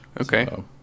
Okay